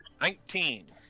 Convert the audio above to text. Nineteen